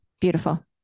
beautiful